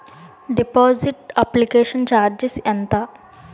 Deposit application charges ఎంత?